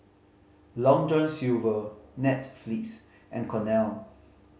Long John Silver Netflix and Cornell